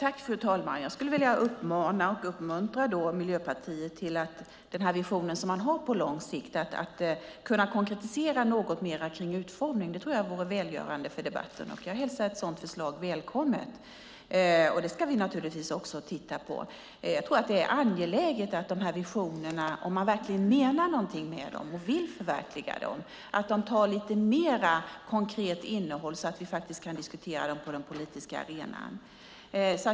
Fru talman! Jag skulle vilja uppmana och uppmuntra Miljöpartiet att konkretisera något mer om utformningen av de visioner man har på lång sikt. Det tror jag vore välgörande för debatten. Jag hälsar ett sådant förslag välkommet. Det ska vi också titta på. Det är angeläget att dessa visioner, om man verkligen någonting med dem och vill förverkliga dem, tar lite mer konkret innehåll så att vi kan diskutera dem på den politiska arenan.